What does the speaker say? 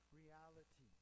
reality